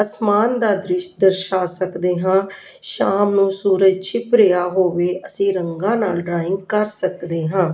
ਅਸਮਾਨ ਦਾ ਦ੍ਰਿਸ਼ ਦਰਸ਼ਾ ਸਕਦੇ ਹਾਂ ਸ਼ਾਮ ਨੂੰ ਸੂਰਜ ਛਿਪ ਰਿਹਾ ਹੋਵੇ ਅਸੀਂ ਰੰਗਾਂ ਨਾਲ ਡਰਾਇੰਗ ਕਰ ਸਕਦੇ ਹਾਂ